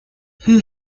who